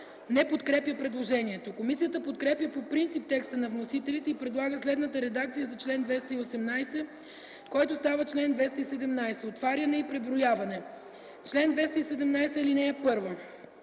не подкрепя предложението. Комисията подкрепя по принцип текста на вносителите и предлага следната редакция за чл. 218, който става чл. 217: „Отваряне и преброяване Чл. 217.